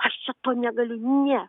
aš čia to negaliu ne